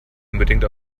unbedingt